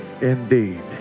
indeed